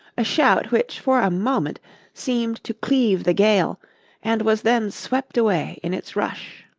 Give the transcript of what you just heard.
a shout which for a moment seemed to cleave the gale and was then swept away in its rush.